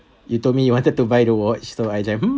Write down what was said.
you told me you wanted to buy the watch so I hmm